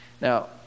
now